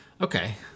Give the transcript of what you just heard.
okay